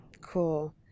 Cool